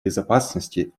безопасности